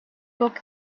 book